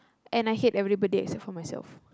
and I hate everybody except for myself